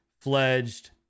fledged